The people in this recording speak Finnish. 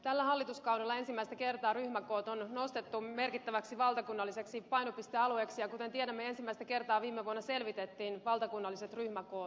tällä hallituskaudella ensimmäistä kertaa ryhmäkoot on nostettu merkittäväksi valtakunnalliseksi painopistealueeksi ja kuten tiedämme ensimmäistä kertaa viime vuonna selvitettiin valtakunnalliset ryhmäkoot